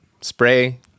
spray